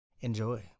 Enjoy